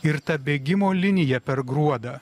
ir ta bėgimo linija per gruodą